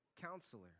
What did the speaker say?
Counselor